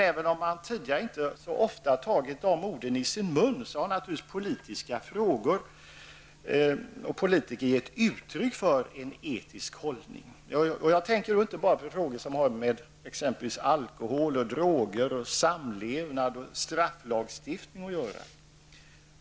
Även om man inte tagit de orden i sin mun så ofta tidigare har naturligtvis politiska frågor och politiker gett uttryck för en etisk hållning. Då tänker jag inte bara på frågor som har med exempelvis alkohol, droger, samlevnad och strafflagstiftning att göra.